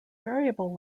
variable